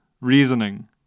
reasoning